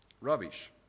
rubbish